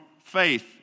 faith